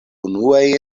unuajn